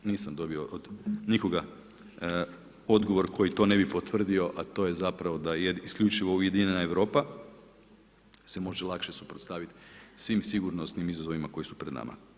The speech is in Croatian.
Nisam dobio od nikoga odgovor koji to ne bi potvrdio, a to je zapravo isključivo ujedinjena Europa se može lakše suprotstaviti svim sigurnosnim izazovima koji su pred nama.